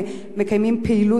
ומקיימים אתם